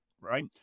right